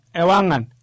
ewangan